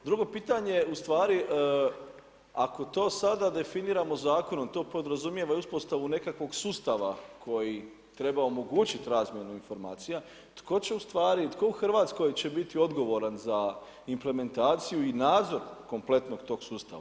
Drugo pitanje je u stvari ako to sada definiramo zakonom to podrazumijeva i uspostavu nekakvog sustava koji treba omogućit razmjenu informacija tko će u stvari, tko u Hrvatskoj će biti odgovoran za implementaciju i nadzor kompletnog tog sustava.